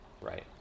Right